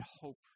hope